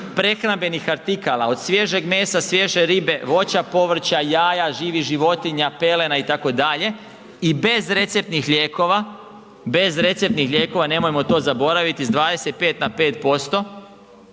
prehrambenih artikala od svježeg mesa, svježe ribe, voća, povrća, jaja, živih životinja, pelena itd. i bez receptnih lijekova, bez receptnih lijekova nemojmo to zaboravit s 25 na 5%